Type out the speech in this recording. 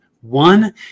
One